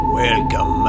welcome